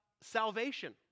salvation